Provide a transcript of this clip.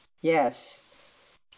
Yes